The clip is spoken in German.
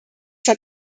hat